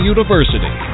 University